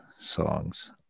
songs